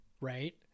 right